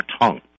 tongue